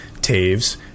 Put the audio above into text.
Taves